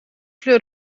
kleur